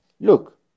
look